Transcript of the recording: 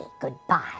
goodbye